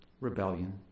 Rebellion